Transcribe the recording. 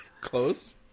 Close